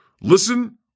Listen